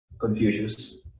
Confucius